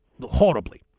horribly